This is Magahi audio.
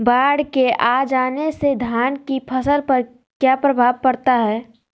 बाढ़ के आ जाने से धान की फसल पर किया प्रभाव पड़ता है?